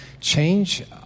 change